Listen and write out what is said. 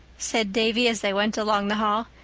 said davy, as they went along the hall.